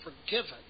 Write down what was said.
forgiven